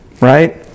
right